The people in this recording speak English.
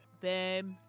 babe